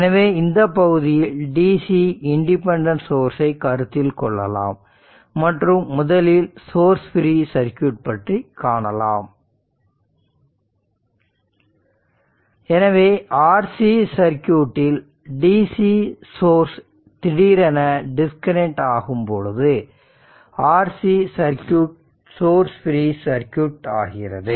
எனவே இந்த பகுதியில் டிசி இன்டிபென்டன்ட் சோர்ஸ்சை கருத்தில் கொள்ளலாம் மற்றும் முதலில் சோர்ஸ் ஃப்ரீ சர்க்யூட் பற்றி காணலாம் எனவே RC சர்க்யூட்டில் DC சோர்ஸ் திடீரென டிஸ்கனெக்ட் ஆகும் பொழுது RC circuit source free circuit ஆகிறது